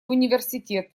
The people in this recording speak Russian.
университет